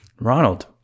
Ronald